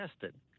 tested